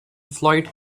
floyd